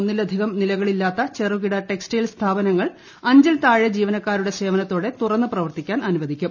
ഒന്നിലധികം നിലകളില്ലാത്ത ചെറുകിട ടെക്സ്റ്റയിൽ സ്ഥാപനങ്ങൾ അഞ്ചിൽ താഴെ ജീവനക്കാരുടെ സേവനത്തോടെ തുറന്നു പ്രവർത്തിക്കാൻ അനുവദിക്കും